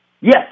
Yes